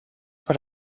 par